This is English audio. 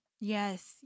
Yes